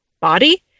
body